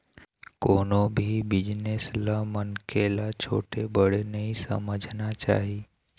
कोनो भी बिजनेस ल मनखे ल छोटे बड़े नइ समझना चाही